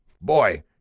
boy